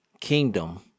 kingdom